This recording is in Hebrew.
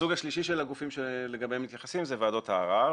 הסוג השלישי של הגופים שלגביהם מתייחסים הוא ועדות הערר.